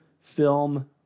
film